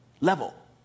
level